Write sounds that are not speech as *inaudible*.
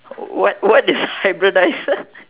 what what is hybridize *laughs*